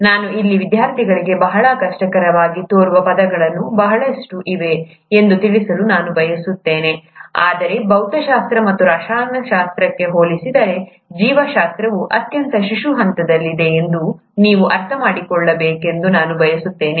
ನಾನು ಇಲ್ಲಿ ವಿದ್ಯಾರ್ಥಿಗಳಿಗೆ ಬಹಳ ಕಷ್ಟಕರವಾಗಿ ತೋರುವ ಪದಗಳು ಬಹಳಷ್ಟು ಇವೆ ಎಂದು ತಿಳಿಸಲು ನಾನು ಬಯಸುತ್ತೇನೆ ಆದರೆ ಭೌತಶಾಸ್ತ್ರ ಅಥವಾ ರಸಾಯನಶಾಸ್ತ್ರಕ್ಕೆ ಹೋಲಿಸಿದರೆ ಜೀವಶಾಸ್ತ್ರವು ಅತ್ಯಂತ ಶಿಶು ಹಂತದಲ್ಲಿದೆ ಎಂದು ನೀವು ಅರ್ಥಮಾಡಿಕೊಳ್ಳಬೇಕೆಂದು ನಾನು ಬಯಸುತ್ತೇನೆ